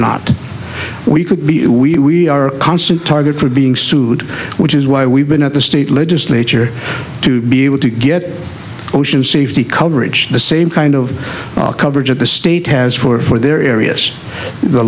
you we are a constant target for being sued which is why we've been at the state legislature to be able to get ocean safety coverage the same kind of coverage at the state has for their areas the